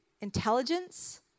intelligence